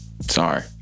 Sorry